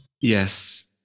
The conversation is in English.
Yes